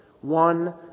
One